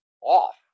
off